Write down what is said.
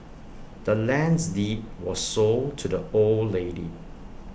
the land's deed was sold to the old lady